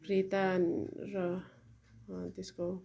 प्रिता र त्यसको